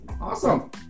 awesome